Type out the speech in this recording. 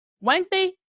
Wednesday